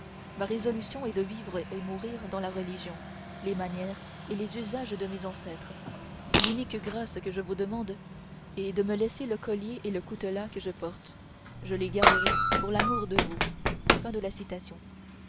ma résolution est de vivre et mourir dans la religion les manières et les usages de mes ancêtres l'unique grâce que je vous demande est de me laisser le collier et le coutelas que je porte je les garderai pour l'amour de vous